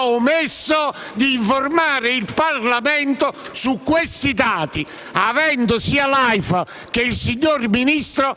omesso di informare il Parlamento su questi dati, avendo ricevuto, sia l'Aifa che la signora Ministra,